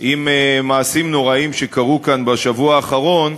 עם מעשים נוראיים שקרו כאן בשבוע האחרון,